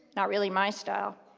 not really my style.